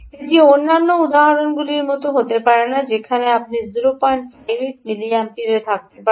এটি অন্যান্য উদাহরণগুলির মতো হতে পারে না যেখানে আপনি 058 মিলিঅ্যাম্পিয়ার থাকতে পারেন